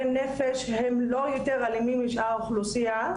נפש הם לא יותר אלימים משאר האוכלוסייה.